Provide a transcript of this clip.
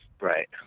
Right